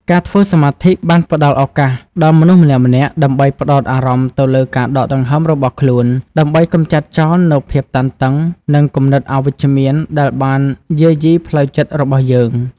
ការធ្វើសមាធិបានផ្តល់ឱកាសដល់មនុស្សម្នាក់ៗដើម្បីផ្ដោតអារម្មណ៍ទៅលើការដកដង្ហើមរបស់ខ្លួន ដើម្បីកម្ចាត់ចោលនូវភាពតានតឹង និងគំនិតអវិជ្ជមានដែលបានយាយីផ្លូវចិត្តរបស់យើង។